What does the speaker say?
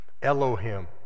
Elohim